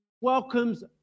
welcomes